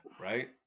Right